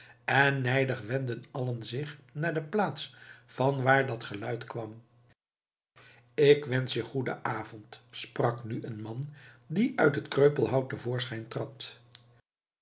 en nijdig wendden allen zich naar de plaats vanwaar dat geluid kwam ik wensch je goeden avond sprak nu een man die uit het kreupelhout te voorschijn trad